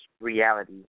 reality